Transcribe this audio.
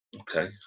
Okay